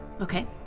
Okay